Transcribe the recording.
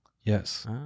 Yes